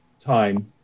time